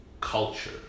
culture